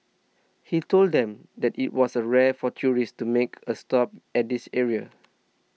he told them that it was a rare for tourists to make a stop at this area